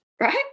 right